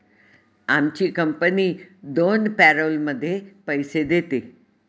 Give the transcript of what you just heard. आमची कंपनी दोन पॅरोलमध्ये पैसे देते